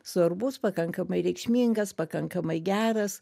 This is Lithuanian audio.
svarbus pakankamai reikšmingas pakankamai geras